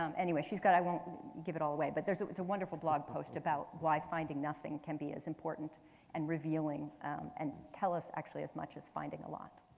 um anyway she's got i won't give it all away but it's a wonderful blog post about why finding nothing can be as important and revealing and tells us actually as much as finding a lot.